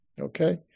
Okay